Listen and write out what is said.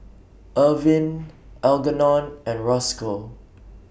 Irvin Algernon and Rosco